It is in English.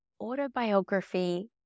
Autobiography